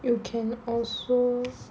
you can also